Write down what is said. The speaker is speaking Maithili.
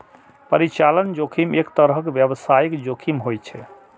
परिचालन जोखिम एक तरहक व्यावसायिक जोखिम होइ छै